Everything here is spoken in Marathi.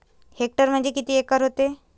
हेक्टर म्हणजे किती एकर व्हते?